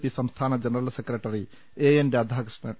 P സംസ്ഥാന general secretary A N Radhakrishnan